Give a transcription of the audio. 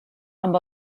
amb